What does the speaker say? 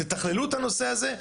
תתכללו את הנושא הזה.